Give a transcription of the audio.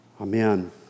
Amen